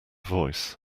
voice